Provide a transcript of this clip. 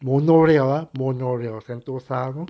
monorail ah monorail sentosa know